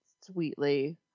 sweetly